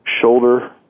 shoulder